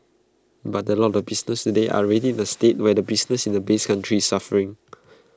but A lot of businesses today are already in A state where the business in the base country is suffering